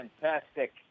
fantastic